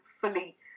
fully